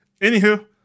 Anywho